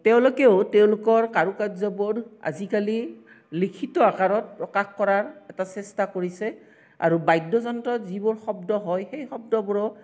তেওঁলোকেও তেওঁলোকৰ কাৰু কাৰ্যবোৰ আজিকালি লিখিত আকাৰত প্ৰকাশ কৰাৰ এটা চেষ্টা কৰিছে আৰু বাদ্যযন্ত্ৰত যিবোৰ শব্দ হয় সেই শব্দবোৰো